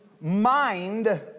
mind